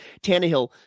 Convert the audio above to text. Tannehill